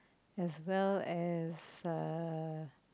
as well as uh